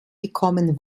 gekommen